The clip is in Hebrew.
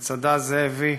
מצדה זאבי